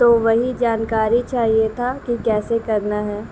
تو وہی جانکاری چاہیے تھا کہ کیسے کرنا ہے